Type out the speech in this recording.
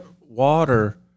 water